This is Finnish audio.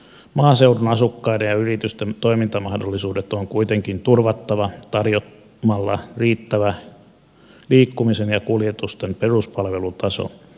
maaseudun asukkaiden ja yritysten toimintamahdollisuudet on kuitenkin turvattava tarjoamalla riittävä liikkumisen ja kuljetusten peruspalvelutaso